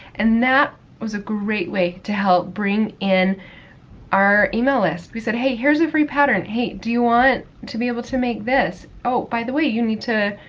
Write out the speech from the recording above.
and that was a great way to help bring in our e-mail list. we said, hey, here's a free pattern. hey, do you want to be able to make this? oh, by the way, you need to,